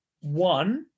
One